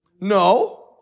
No